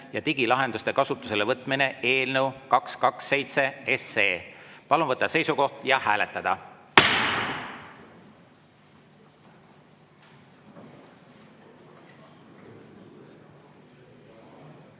ja digilahenduste kasutusele võtmine) eelnõu 227. Palun võtta seisukoht ja hääletada!